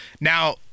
Now